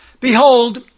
Behold